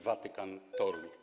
Watykan - Toruń.